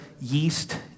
yeast